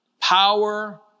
power